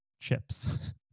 chips